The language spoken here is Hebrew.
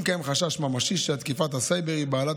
אם קיים חשש ממשי שתקיפת הסייבר היא בעלת